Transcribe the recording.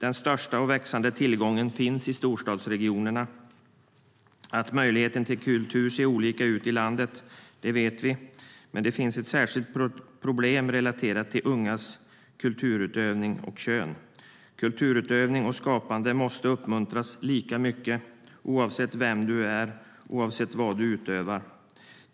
Den största och växande tillgången finns i storstadsregionerna. Att möjligheterna till kultur ser olika ut i landet vet vi. Men det finns ett särskilt problem relaterat till ungas kulturutövning och kön. Kulturutövning och skapande måste uppmuntras lika mycket oavsett vem du är och vad du utövar.